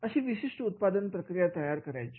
अशी विशिष्ट उत्पादन प्रक्रिया तयार करायचे